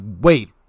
wait